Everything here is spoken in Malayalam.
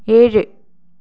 ഏഴ്